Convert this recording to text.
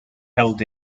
held